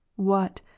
what,